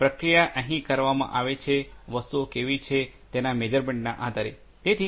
પ્રક્રિયા અહીં કરવામાં આવે છે વસ્તુઓ કેવી છે તેના મેઝરમેન્ટ ના આધારે